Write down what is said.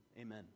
amen